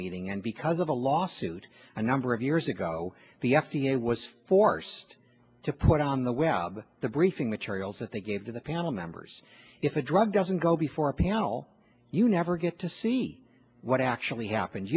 meeting and because of a lawsuit a number of years ago the f d a was forced to put on the web the briefing materials that they gave to the panel members if a drug doesn't go before a panel you never get to see what actually happen